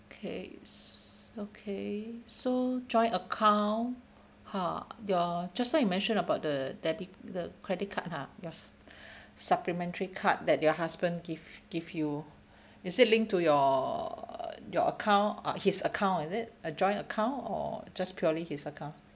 okay okay so joint account !huh! your just now you mention about the debit the credit card !huh! your supplementary card that your husband give give you is it linked to your uh your account uh his account is it uh joint account or just purely his account